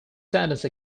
sentence